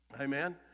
Amen